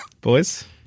Boys